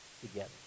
together